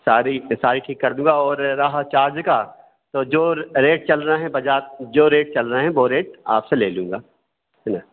सारी मैं सारी ठीक कर दूँगा और रहा चार्ज का तो जो रेट चल रहे हैं जो रेट चल रहे हैं वो रेट आपसे ले लूँगा है ना